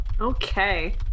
Okay